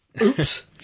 Oops